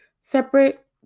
separate